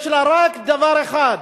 יש לה רק דבר אחד: